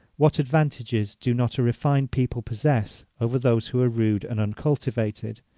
what advantages do not a refined people possess over those who are rude and uncultivated.